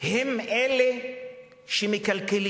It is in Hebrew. הם אלה שמקלקלים,